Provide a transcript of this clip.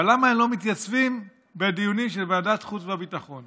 אבל למה הם לא מתייצבים בדיונים של ועדת החוץ והביטחון?